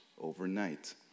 overnight